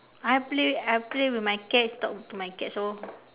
I play I play with my cat talk to my cat so